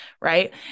right